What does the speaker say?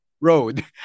road